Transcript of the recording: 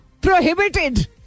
prohibited